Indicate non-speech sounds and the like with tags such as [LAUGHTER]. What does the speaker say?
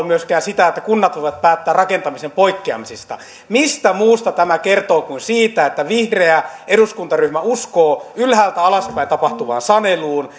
[UNINTELLIGIBLE] myöskään sitä että kunnat voivat päättää rakentamisen poikkeamisista mistä muusta tämä kertoo kuin siitä että vihreä eduskuntaryhmä uskoo ylhäältä alaspäin tapahtuvaan saneluun [UNINTELLIGIBLE]